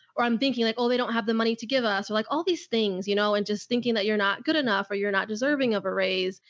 or i'm thinking like, oh, they don't have the money to give us. or like all these things, you know, and just thinking that you're not good enough or you're not deserving of a raise.